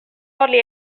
hardly